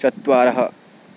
चत्वारः